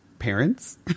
parents